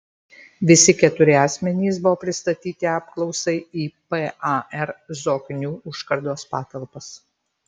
visi keturi asmenys buvo pristatyti apklausai į par zoknių užkardos patalpas